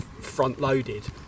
front-loaded